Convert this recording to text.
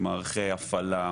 במערכי הפעלה,